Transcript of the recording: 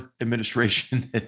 administration